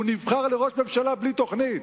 הוא נבחר לראשות הממשלה בלי תוכנית.